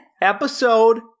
episode